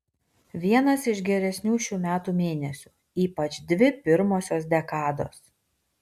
vienas iš geresnių šių metų mėnesių ypač dvi pirmosios dekados